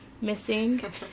missing